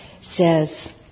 says